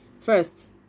first